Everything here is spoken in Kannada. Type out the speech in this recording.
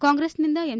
ಕಾಂಗ್ರೆಸ್ನಿಂದ ಎಂ